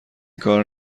کار